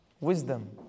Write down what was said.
wisdom